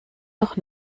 noch